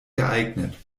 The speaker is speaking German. geeignet